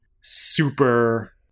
super